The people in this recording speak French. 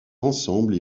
ensemble